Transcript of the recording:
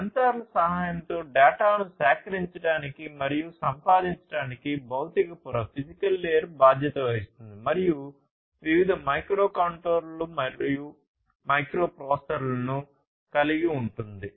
సెన్సార్ల సహాయంతో డేటాను సేకరించడానికి మరియు సంపాదించడానికి భౌతిక పొర బాధ్యత వహిస్తుంది మరియు వివిధ మైక్రోకంట్రోలర్లు మరియు మైక్రోప్రాసెసర్లను కలిగి ఉంటుంది